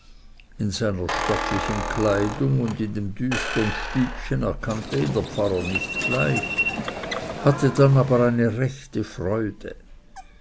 in seiner stattlichen kleidung und in dem düstern stübchen erkannte ihn der pfarrer nicht gleich hatte dann aber eine rechte freude